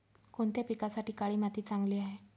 कोणत्या पिकासाठी काळी माती चांगली आहे?